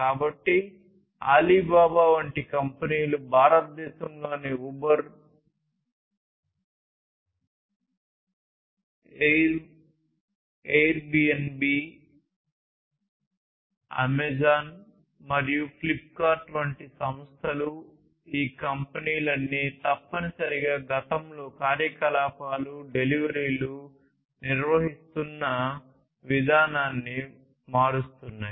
కాబట్టి అలీబాబా వంటి కంపెనీలు భారతదేశంలోని ఉబెర్ ఎయిర్బిఎన్బి అమెజాన్ మరియు ఫ్లిప్కార్ట్ వంటి సంస్థలు ఈ కంపెనీలన్నీ తప్పనిసరిగా గతంలో కార్యకలాపాలు డెలివరీలు నిర్వహిస్తున్న విధానాన్ని మారుస్తున్నాయి